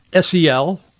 SEL